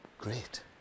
Great